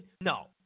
No